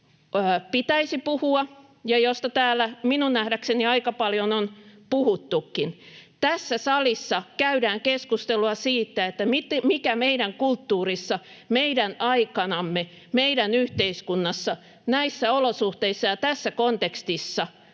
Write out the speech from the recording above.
pitäisi puhua ja josta täällä minun nähdäkseni aika paljon on puhuttukin: Tässä salissa käydään keskustelua siitä, mitä meidän kulttuurissa, meidän aikanamme, meidän yhteiskunnassa, näissä olosuhteissa ja tässä kontekstissa